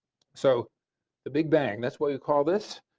so the big bang. that's what we call this,